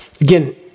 Again